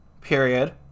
period